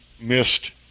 missed